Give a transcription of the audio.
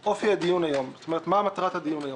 אופי הדיון היום, זאת אומרת את מטרת הדיון היום.